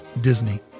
Disney